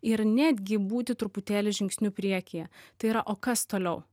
ir netgi būti truputėlį žingsniu priekyje tai yra o kas toliau